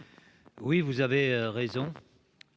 la sénatrice Darcos,